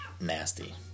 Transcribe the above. nasty